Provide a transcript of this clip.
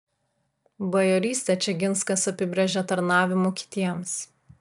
bajorystę čeginskas apibrėžė tarnavimu kitiems